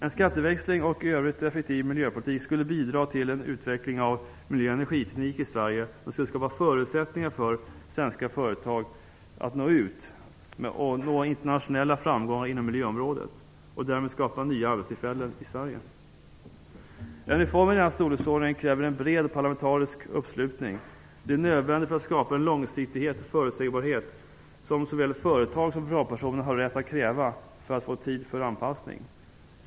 En skatteväxling, och i övrigt en effektiv miljöpolitik, skulle bidra till en utveckling av miljö och energiteknik i Sverige som skulle skapa förutsättningar för att svenska företag att nå internationella framgångar inom miljöområdet och därmed skapa nya arbetstillfällen i Sverige. En reform i denna storleksordning kräver en bred parlamentarisk uppslutning. Det är nödvändigt för att skapa den långsiktighet och förutsägbarhet som såväl företag som privatpersoner har rätt att kräva för att få tid för anpassning.